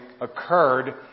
occurred